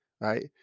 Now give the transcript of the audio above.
right